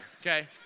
okay